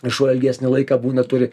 ir šuo ilgesnį laiką būna turi